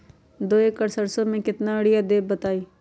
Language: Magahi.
दो एकड़ सरसो म केतना यूरिया देब बताई?